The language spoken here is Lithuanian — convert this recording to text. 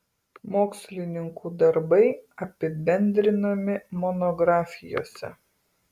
mokslininkų darbai apibendrinami monografijose